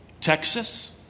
Texas